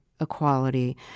equality